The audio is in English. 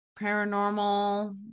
paranormal